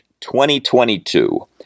2022